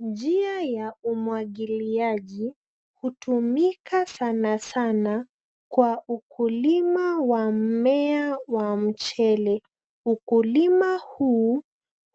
Njia ya umwagiliaji, utumika sana sana kwa ukulima wa mimea wa mchele. Ukulima huu